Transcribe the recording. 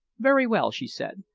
very well, she said.